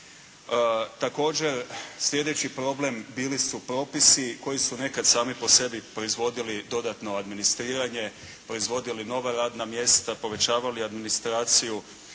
Također, slijedeći problem bili su propisi koji su nekad sami po sebi proizvodili dodatno administriranje, proizvodili nova radna mjesta, povećavali administraciju,